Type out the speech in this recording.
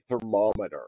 thermometer